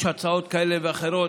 יש הצעות כאלה ואחרות,